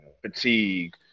Fatigue